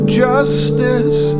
justice